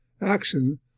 action